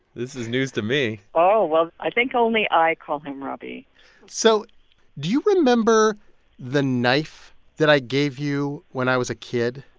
this is news to me oh, well, i think only i call him robbie so do you remember the knife that i gave you when i was a kid?